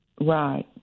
right